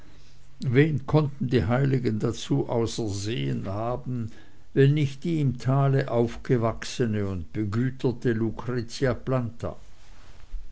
wen konnten die heiligen dazu auserwählt haben wenn nicht die im tale aufgewachsene und begüterte lucretia planta